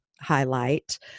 highlight